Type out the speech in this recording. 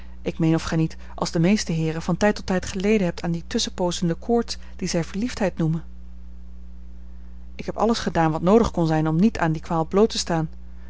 ik meen of gij niet als de meeste heeren van tijd tot tijd geleden hebt aan die tusschenpoozende koorts die zij verliefdheid noemen ik heb alles gedaan wat noodig kon zijn om niet aan die kwaal bloot te staan